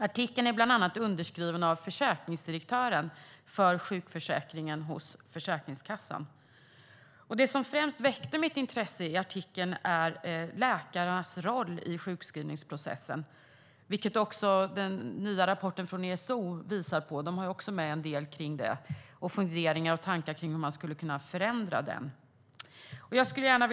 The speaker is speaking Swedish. Artikeln är underskriven av bland annat försäkringsdirektören för sjukförsäkringen hos Försäkringskassan. Det som främst väckte mitt intresse i artikeln handlar om läkarnas roll i sjukskrivningsprocessen. Även den nya rapporten från ESO visar detta; de har med en del tankar och funderingar om det och om hur man skulle kunna förändra processen.